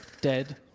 Dead